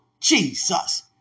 Jesus